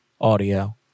audio